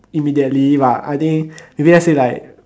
immediately but I think maybe let's say like